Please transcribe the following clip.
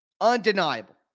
Undeniable